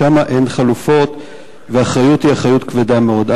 שם אין חלופות, והאחריות היא אחריות כבדה מאוד.